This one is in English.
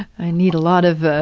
i need a lot of